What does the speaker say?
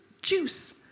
juice